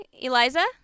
Eliza